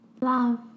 love